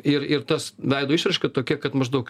ir ir tas veido išraiška tokia kad maždaug